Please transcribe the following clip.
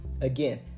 Again